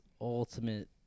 ultimate